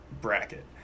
bracket